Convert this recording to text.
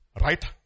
right